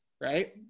right